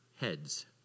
heads